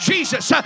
Jesus